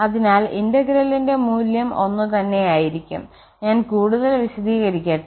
അതിനാൽ ഇന്റഗ്രലിന്റെ മൂല്യം ഒന്നുതന്നെയായിരിക്കും ഞാൻ കൂടുതൽ വിശദീകരിക്കട്ടെ